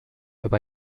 über